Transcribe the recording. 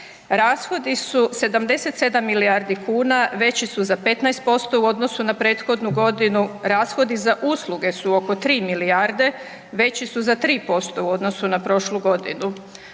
Rashodi su 77 milijardi kuna, veći su za 15% u odnosu na prethodnu godinu. Rashodi za usluge su oko 3 milijarde, veći su za 3% u odnosu na prošlu godinu.